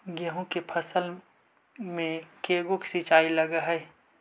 गेहूं के फसल मे के गो सिंचाई लग हय?